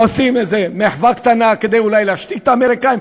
עושים איזה מחווה קטנה כדי אולי להשתיק את האמריקנים.